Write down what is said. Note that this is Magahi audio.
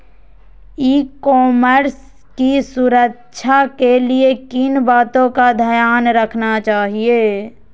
ई कॉमर्स की सुरक्षा के लिए किन बातों का ध्यान रखना चाहिए?